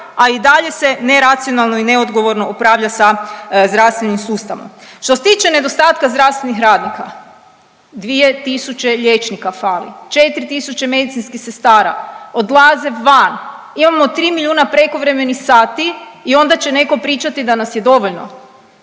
a i dalje se neracionalno i neodgovorno upravlja sa zdravstvenim sustavom. Što se tiče nedostatka zdravstvenih radnika 2 tisuće liječnika fali, 4 tisuće medicinskih sestara, odlaze van, imamo 3 milijuna prekovremenih sati i onda će neko pričati da nas je dovoljno.